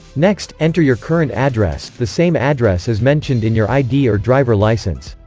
next, enter your current address, the same address as mentioned in your id or driver license